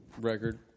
record